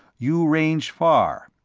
you range far.